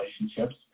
relationships